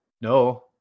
no